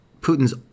Putin's